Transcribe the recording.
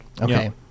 Okay